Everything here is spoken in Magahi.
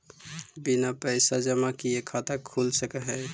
बिना पैसा जमा किए खाता खुल सक है?